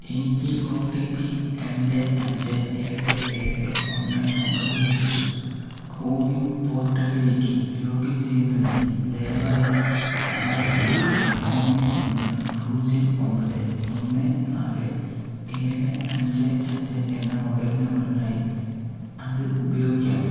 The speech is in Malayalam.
എനിക്ക് ഒ ടി പി രണ്ട് അഞ്ച് ഏഴ് ഏഴ് ഒന്ന് ഒമ്പത് ലഭിച്ചു കോവിൻ പോർട്ടലിലേക്ക് ലോഗിൻ ചെയ്യുന്നതിന് ദയവായി ആറ് അഞ്ച് മൂന്ന് ഒന്ന് പൂജ്യം ഒമ്പത് ഒന്ന് നാല് ഏഴ് അഞ്ച് അഞ്ച് എന്ന മൊബൈൽ നമ്പറിനായി അത് ഉപയോഗിക്കാമോ